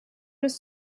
des